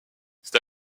cette